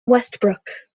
westbrook